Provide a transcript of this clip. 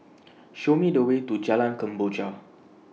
Show Me The Way to Jalan Kemboja